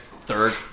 third